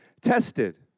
tested